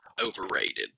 overrated